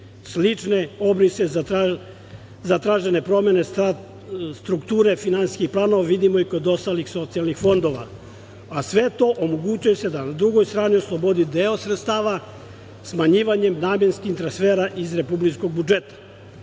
obrise za tražene promene strukture finansijskih planova vidimo i kod ostalih socijalnih fondova, a sve to omogućuje da na drugoj strani oslobodi deo sredstava smanjivanjem namenskih transfera iz republičkog budžeta.